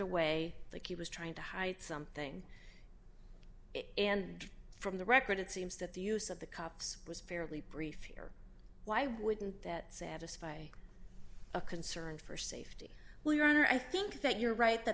away the key was trying to hide something and from the record it seems that the use of the cops was fairly brief here why wouldn't that satisfy a concern for safety well your honor i think that you're right that